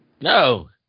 No